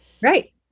Right